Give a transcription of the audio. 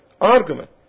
argument